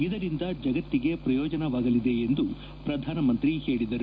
ಇದರಿಂದ ಜಗತ್ತಿಗೆ ಪ್ರಯೋಜನವಾಗಲಿದೆ ಎಂದು ಪ್ರಧಾನಿ ಹೇಳದರು